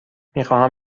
میخواهم